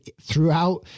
throughout